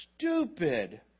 stupid